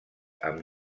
amb